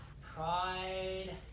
pride